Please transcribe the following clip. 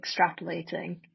extrapolating